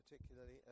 particularly